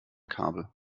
kabel